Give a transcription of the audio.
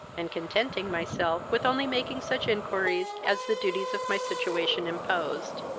and contenting myself with only making such inquiries as the duties of my situation imposed.